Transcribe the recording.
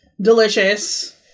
delicious